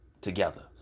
together